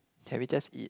can we just eat